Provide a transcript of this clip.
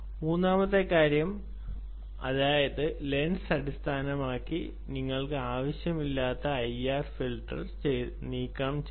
മൂന്നാമത്തെ കാര്യം അതായത് ലെൻസ് അടിസ്ഥാനപരമായി നിങ്ങൾക്ക് ആവശ്യമില്ലാത്ത ഐആർ നീക്കംചെയ്യണം